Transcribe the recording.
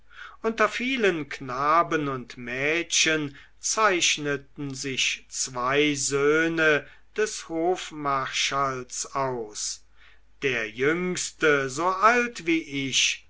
unter vielen knaben und mädchen zeichneten sich zwei söhne des hofmarschalls aus der jüngste so alt wie ich